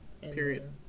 Period